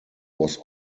was